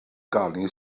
ganu